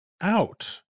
out